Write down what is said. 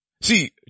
See